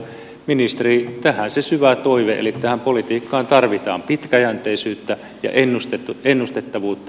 ministeri tähän se syvä toive eli tähän politiikkaan tarvitaan pitkäjänteisyyttä ja ennustettavuutta